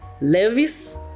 Levis